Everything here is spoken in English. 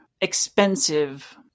expensive